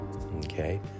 Okay